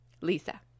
Lisa